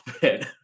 bit